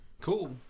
Cool